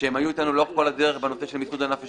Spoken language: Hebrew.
שהיו אתנו כל הדרך בנושא מיסוד ענף השיפוצים.